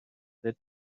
said